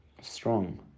strong